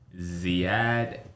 Ziad